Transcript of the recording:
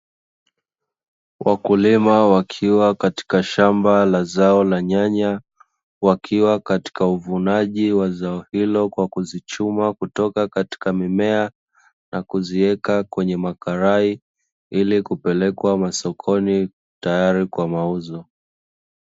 Wakulima wakiwa katika shamba la zao la nyanya, wakiwa katika uvunaji wa zao hilo kwa kuzichuma kutoka katika mimea, na kuziweka kwenye makarai, ili kupelekwa masokoni tayari kwa mauzo.